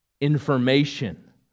information